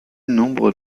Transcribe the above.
nombre